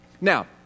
Now